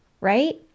Right